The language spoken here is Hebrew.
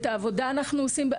את העבודה אנחנו עושים.